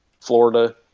Florida